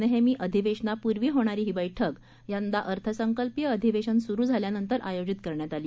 नेहमी अधिवेशनापूर्वी होणारी ही बैठक यंदा अर्थसंकल्पीय अधिवेशन सुरू झाल्यानंतर आयोजित करण्यात आली